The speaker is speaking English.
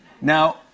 Now